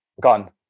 Gone